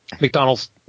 McDonald's